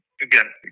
Again